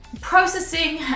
processing